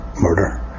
murder